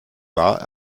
war